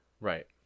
right